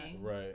Right